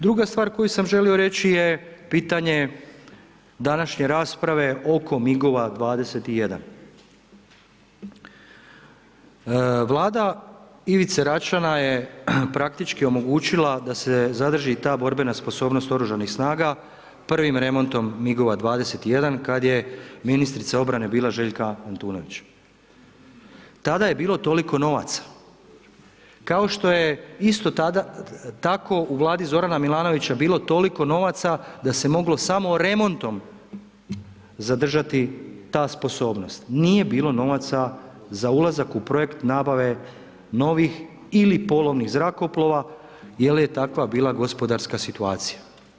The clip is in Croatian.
Druga stvar koju sam želio reći je pitanje današnje rasprave oko migova 21, Vlada Ivice Račana je praktički omogućila da se zadrži ta borbena sposobnost oružanih snaga prvim remontom migova 21, kad je ministrica obrane bila Željka Antunović, tada je bilo toliko novaca, kao što je isto tako u Vladi Zorana Milanovića bilo toliko novaca da se moglo samo remontom zadržati ta sposobnost, nije bilo novaca za ulazak u projekt nabave novih ili polovnih zrakoplova jel je takva bila gospodarska situacija.